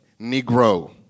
Negro